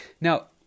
Now